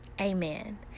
Amen